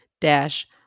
dash